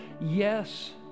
Yes